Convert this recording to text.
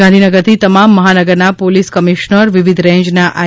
ગાંધીનગરથી તમામ મહાનગરના પોલીસ કમિશનર વિવિધ રેન્જના આઇ